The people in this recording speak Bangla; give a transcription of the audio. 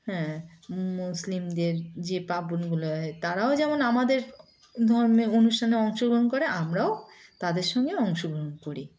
হ্যাঁ মুসলিমদের যে প্বণগুলো হয় তারাও যেমন আমাদের ধর্মে অনুষ্ঠানে অংশগ্রহণ করে আমরাও তাদের সঙ্গে অংশগ্রহণ করি